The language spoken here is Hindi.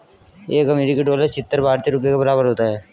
एक अमेरिकी डॉलर छिहत्तर भारतीय रुपये के बराबर होता है